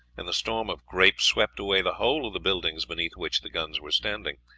and the storm of grape swept away the whole of the buildings beneath which the guns were standing.